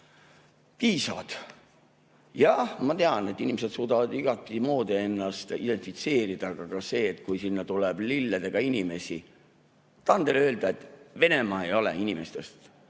piisavad. Jaa, ma tean, et inimesed suudavad igatemoodi ennast identifitseerida, aga ka see, kui sinna tuleb lilledega inimesi – ma tahan teile öelda, et Venemaa ei ole inimestest